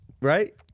right